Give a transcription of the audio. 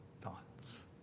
thoughts